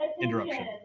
interruption